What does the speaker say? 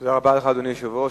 תודה רבה, אדוני היושב-ראש.